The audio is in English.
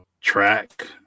track